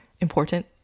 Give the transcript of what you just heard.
important